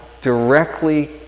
directly